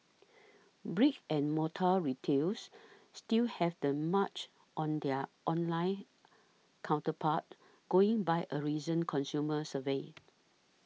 brick and mortar retailers still have the march on their online counterparts going by a recent consumer survey